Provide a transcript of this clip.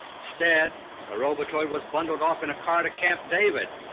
instead the robotoid was bundled off in a car to camp david,